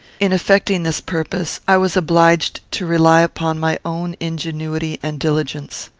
in effecting this purpose, i was obliged to rely upon my own ingenuity and diligence.